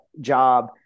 job